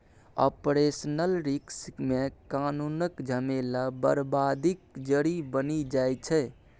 operational risk मे कानुनक झमेला बरबादीक जरि बनि जाइ छै